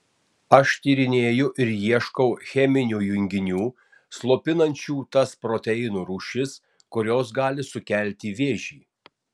aš tyrinėju ir ieškau cheminių junginių slopinančių tas proteinų rūšis kurios gali sukelti vėžį